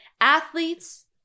Athletes